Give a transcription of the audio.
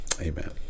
Amen